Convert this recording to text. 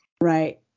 Right